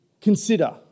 Consider